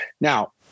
now